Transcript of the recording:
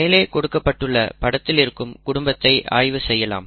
மேலே கொடுக்கப்பட்டுள்ள படத்தில் இருக்கும் குடும்பத்தை ஆய்வு செய்யலாம்